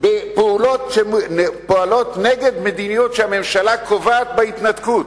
לתמוך בפעולות נגד מדיניות שהממשלה קובעת בהתנתקות.